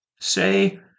say